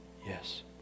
yes